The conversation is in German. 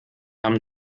haben